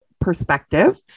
perspective